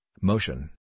motion